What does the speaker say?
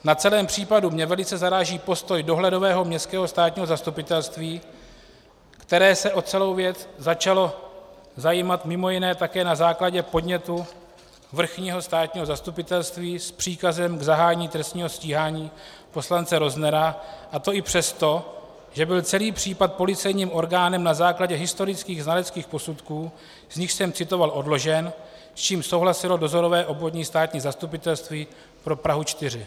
Na celém případu mě velice zaráží postoj dohledového městského zastupitelství, které se o celou věc začalo zajímat mimo jiné také na základě podnětu vrchního státního zastupitelství s příkazem k zahájení trestního stíhání poslance Roznera, a to i přesto, že byl celý případ policejním orgánem na základě historických znaleckých posudků, z nichž jsem citoval, odložen, s čímž souhlasilo dozorové Obvodní státní zastupitelství pro Prahu 4.